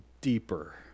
deeper